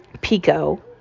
pico